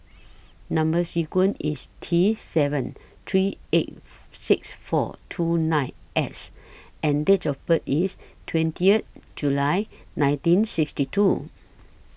Number sequence IS T seven three eight six four two nine S and Date of birth IS twentieth July nineteen sixty two